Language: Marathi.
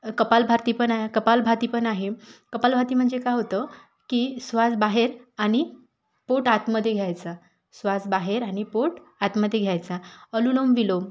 कपालभाती पण आहे कपालभाती पण आहे कपालभाती म्हणजे काय होतं की श्वास बाहेर आणि पोट आतमध्ये घ्यायचं श्वास बाहेर आणि पोट आतमध्ये घ्यायचा अनुलोम विलोम